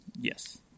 Yes